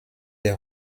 des